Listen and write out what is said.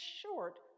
short